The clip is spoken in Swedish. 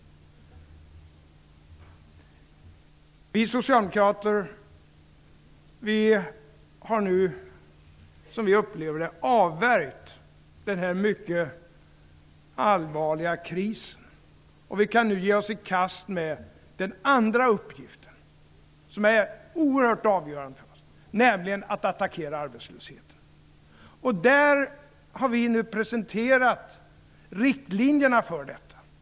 Vi socialdemokrater har nu, som vi upplever det, avvärjt den här mycket allvarliga krisen och vi kan nu ge oss i kast med den andra uppgiften, som är oerhört avgörande, nämligen att attackera arbetslösheten. Vi har nu presenterat riktlinjerna för detta.